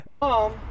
Mom